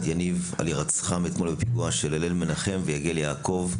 יניב על הירצחם אתמול בפיגוע של הלל מנחם ויגל יעקב,